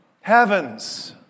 heavens